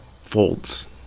folds